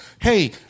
Hey